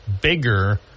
bigger